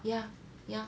ya ya